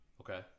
Okay